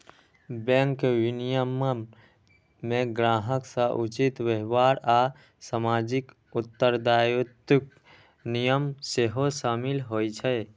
bank विनियमन मे ग्राहक सं उचित व्यवहार आ सामाजिक उत्तरदायित्वक नियम सेहो शामिल होइ छै